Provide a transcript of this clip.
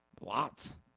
Lots